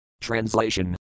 Translation